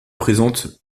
présente